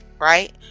Right